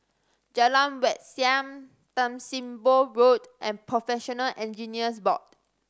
Jalan Wat Siam Tan Sim Boh Road and Professional Engineers Board